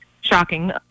shocking